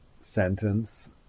sentence